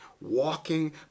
Walking